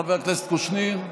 חבר הכנסת קושניר,